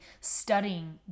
studying